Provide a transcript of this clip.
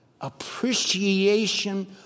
appreciation